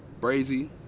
Brazy